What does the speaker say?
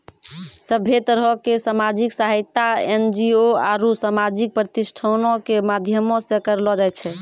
सभ्भे तरहो के समाजिक सहायता एन.जी.ओ आरु समाजिक प्रतिष्ठानो के माध्यमो से करलो जाय छै